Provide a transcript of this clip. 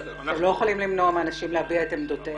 אתם לא יכולים למנוע מאנשים להביע את דעותיהם הפוליטיות.